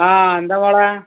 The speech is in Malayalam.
ആ എന്താണ് മോളേ